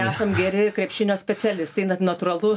esam geri krepšinio specialistai na natūralu